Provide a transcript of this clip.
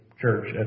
church